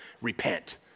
repent